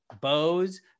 bows